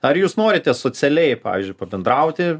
ar jūs norite socialiai pavyzdžiui pabendrauti